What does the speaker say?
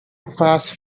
fast